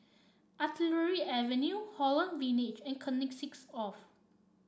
Artillery Avenue Holland Village and Connexis Of